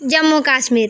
Jammu Kashmir